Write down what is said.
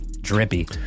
Drippy